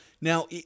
Now